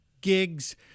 gigs